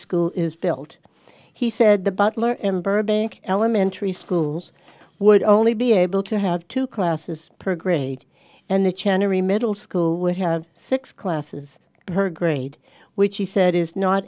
school is built he said the butler and burbank elementary schools would only be able to have two classes per grade and the chant every middle school would have six classes her grade which she said is not